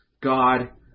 God